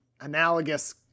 analogous